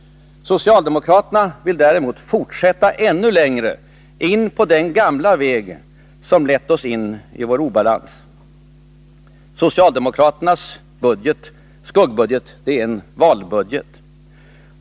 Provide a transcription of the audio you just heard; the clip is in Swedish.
Socialdemokraterna vill däremot fortsätta ännu längre in på den gamla väg som lett oss in i vår obalans. Socialdemokraternas skuggbudget är en valbudget.